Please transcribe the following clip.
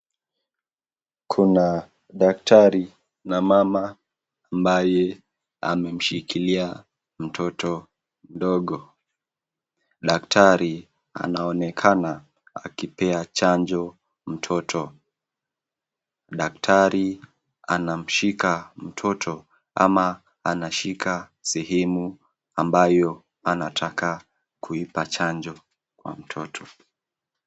Kuna daktari na mama ambaye anamshikilia mtoto mdogo. Daktari anaonekana akipea chanjo mtoto. Daktari anamshika mtoto kama anashika sehemu ambalo anataka kuipa chanjo mtoto.